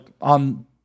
on